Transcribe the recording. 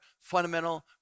fundamental